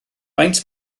faint